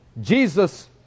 jesus